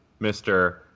Mr